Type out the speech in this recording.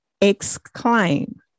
exclaim